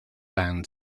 land